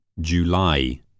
July